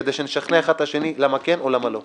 כדי שנשכנע אחד את השני למה כן או למה לא.